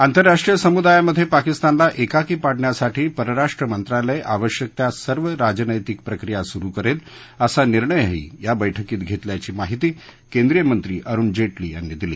आंतरराष्ट्रीय समुदायामध्ये पाकिस्तानला एकाकी पाडण्यासाठी परराष्ट्र मंत्रालय आवश्यक त्या सर्व राजनैतिक प्रक्रिया सुरू करेल असा निर्णयही या बैठकीत घेतल्याची माहिती केंद्रीय मंत्री अरुण जेटली यांनी दिली